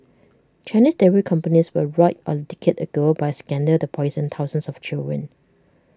Chinese dairy companies were roiled A decade ago by A scandal that poisoned thousands of children